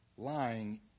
Lying